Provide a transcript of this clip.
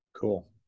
Cool